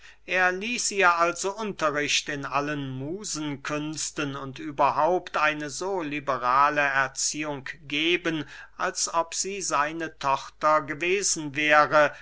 er ließ ihr also unterricht in allen musenkünsten und überhaupt eine so liberale erziehung geben als ob sie seine tochter gewesen wäre